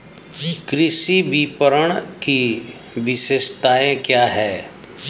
कृषि विपणन की विशेषताएं क्या हैं?